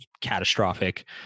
catastrophic